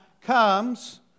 comes